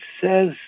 says